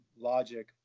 logic